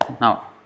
Now